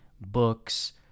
books